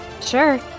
Sure